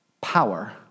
power